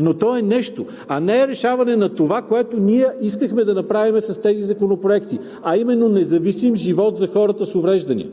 Но то е нещо, а не е решаване на това, което ние искахме да направим с тези законопроекти, а именно независим живот за хората с увреждания,